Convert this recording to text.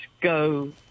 go